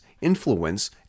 influence